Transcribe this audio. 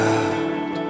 God